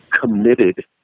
committed